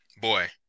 Boy